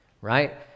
right